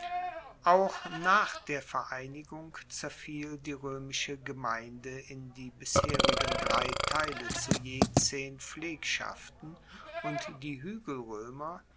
auch nach der vereinigung zerfiel die roemische gemeinde in die bisherigen drei teile zu je zehn pflegschaften und die